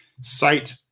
site